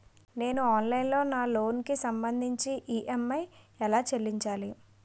నేను ఆన్లైన్ లో నా లోన్ కి సంభందించి ఈ.ఎం.ఐ ఎలా చెల్లించాలి?